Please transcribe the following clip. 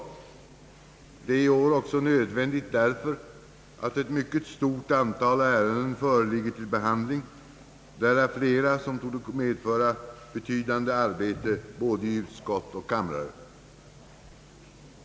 Detta är i år också nödvändigt därför att ett mycket stort antal ärenden föreligger till behandling, därav flera som torde medföra mycket arbete i både utskott och kammare.